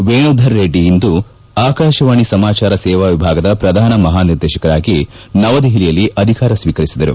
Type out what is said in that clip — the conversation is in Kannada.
ವೇಣುಧರ್ ರೆಡ್ಡಿ ಇಂದು ಆಕಾಶವಾಣಿ ಸಮಾಚಾರ ಸೇವಾ ವಿಭಾಗದ ಶ್ರಧಾನ ಮಹಾನಿರ್ದೇಶಕರಾಗಿ ನವದೆಹಲಿಯಲ್ಲಿ ಅಧಿಕಾರ ಸ್ವೀಕರಿಸಿದರು